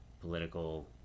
political